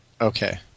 okay